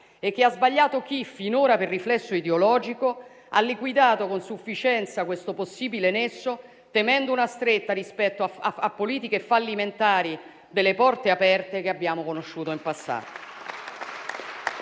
e che ha sbagliato chi finora, per riflesso ideologico, ha liquidato con sufficienza questo possibile nesso, temendo una stretta rispetto a politiche fallimentari delle porte aperte che abbiamo conosciuto in passato.